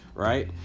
right